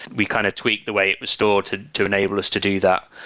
we kind of tweaked the way it was stored to to enable us to do that.